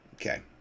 Okay